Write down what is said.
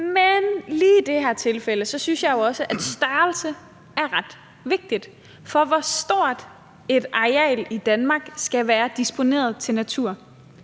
Men lige i det her tilfælde synes jeg jo også, at størrelse er ret vigtigt, for hvor stort et areal i Danmark skal være disponeret til natur?